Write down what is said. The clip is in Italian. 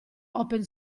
open